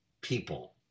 people